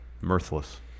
mirthless